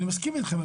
אני מסכים אתכם,